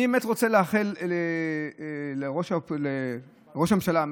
אני באמת רוצה לאחל לראש הממשלה החלופי,